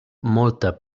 molta